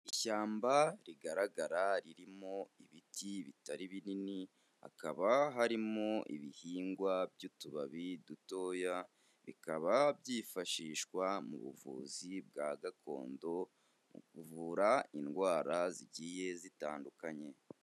Ishyamba rigaragara ririmo ibiti bitari binini, hakaba harimo ibihingwa by'utubabi dutoya, bikaba byifashishwa mu buvuzi bwa gakondo, mu kuvura indwara zigiye zitandukanye.